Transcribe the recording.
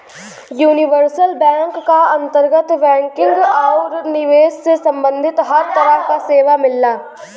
universal bank क अंतर्गत banking आउर निवेश से सम्बंधित हर तरह क सेवा मिलला